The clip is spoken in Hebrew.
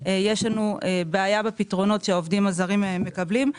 יש לנו בעיה בפתרונות שהעובדים הזרים מקבלים.